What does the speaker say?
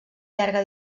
llarga